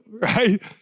right